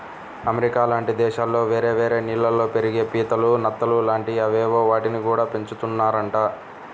America లాంటి దేశాల్లో వేరే వేరే నీళ్ళల్లో పెరిగే పీతలు, నత్తలు లాంటి అవేవో వాటిని గూడా పెంచుతున్నారంట